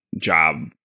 job